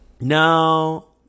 no